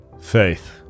Faith